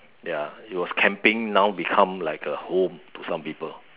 ya it was camping now become like a home to some people